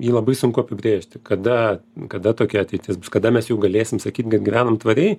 jį labai sunku apibrėžti kada kada tokia ateitis bus kada mes jau galėsim sakyt kad gyvenam tvariai